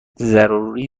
ضروری